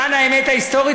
למען האמת ההיסטורית,